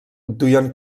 duien